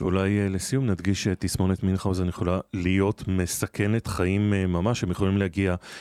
אולי לסיום נדגיש איך תסמונת מינכאוזן יכולה להיות מסכנת חיים ממש, הם יכולים להגיע